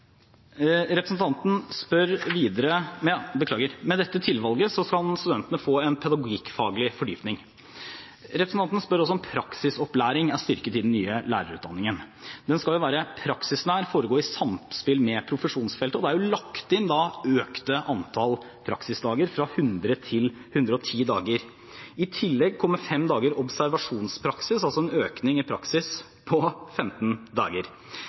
dette tilvalget skal studentene få en pedagogikkfaglig fordypning. Representanten spør også om praksisopplæring er styrket i den nye lærerutdanningen. Den skal jo være praksisnær og foregå i samspill med profesjonsfeltet, og det er lagt inn økt antall praksisdager, fra 100 til 110 dager. I tillegg kommer 5 dager observasjonspraksis, altså en økning i praksis på 15 dager.